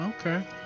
okay